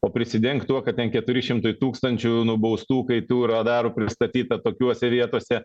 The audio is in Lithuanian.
o prisidengti tuo kad ten keturi šimtai tūkstančių nubaustų kai tų radaro pristatyta tokiuose vietose